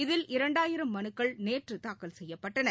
இதில் இரண்டாயிரம் மனுக்கள் நேற்றுதாக்கல் செய்யப்பட்டன